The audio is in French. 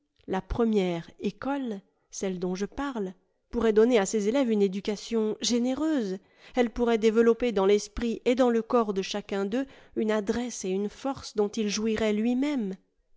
la première ecole celle dont je parle pourrait donner à ses élèves une éducation généreuse elle pourrait développer dans l'esprit et dans le corps de chacun d'eux une adresse et une force dont il jouirait lui-même